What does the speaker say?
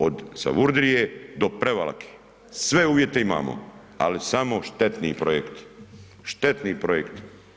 Od Savudrije do Prevlake sve uvjete imamo, ali samo štetni projekti, štetni projekti.